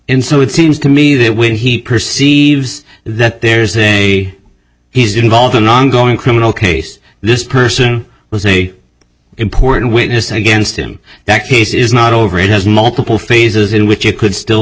in so it seems to me that when he perceives that there's a he's involved in an ongoing criminal case this person was a important witness against him that case is not over it has multiple phases in which it could still